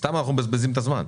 סתם אנחנו מבזבזים את הזמן,